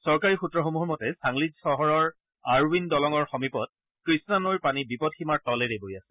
চৰকাৰী সূত্ৰসমূহৰ মতে ছাংলি চহৰৰ আৰউইন দলঙৰ সমীপত কৃষ্ণা নৈৰ পানী বিপদসীমাৰ তলেৰে বৈ আছে